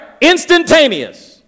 Instantaneous